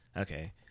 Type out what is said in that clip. Okay